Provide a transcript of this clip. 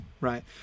right